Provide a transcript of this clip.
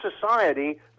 society